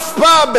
אף פעם,